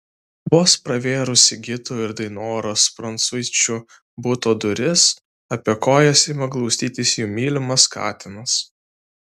vos pravėrus sigito ir dainoros prancuičių buto duris apie kojas ima glaustytis jų mylimas katinas